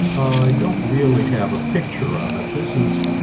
don't really have a picture of it, this is.